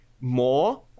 more